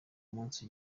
munsi